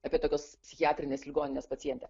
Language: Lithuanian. apie tokios psichiatrinės ligoninės pacientę